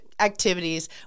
activities